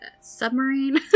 submarine